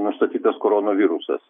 nustatytas koronavirusas